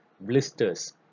blisters